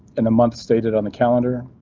in a month stated on the calendar,